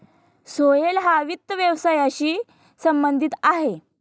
सोहेल हा वित्त व्यवसायाशी संबंधित आहे